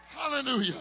hallelujah